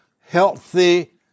healthy